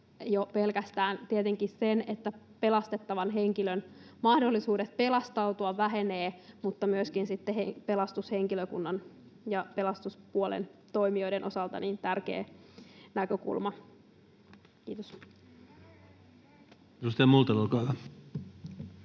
pelkästään tietenkin se, että pelastettavan henkilön mahdollisuudet pelastautua vähenevät, mutta tämä on sitten myöskin pelastushenkilökunnan ja pelastuspuolen toimijoiden osalta tärkeä näkökulma. — Kiitos.